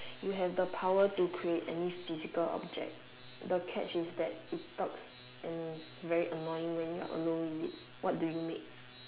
you have the power to create any physical object the catch is that it talks and is very annoying way when you are alone with it what do you make